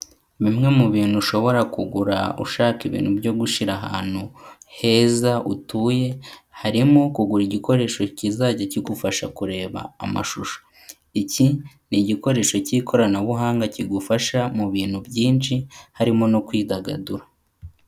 Bimwe mu bintu ushobora kugura ushaka ibintu byo gushyira ahantu heza utuye, harimo kugura igikoresho kizajya kigufasha kureba amashusho iki ni igikoresho cy'ikoranabuhanga kigufasha mu bintu byinshi harimo no kwidagadura.